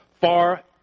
far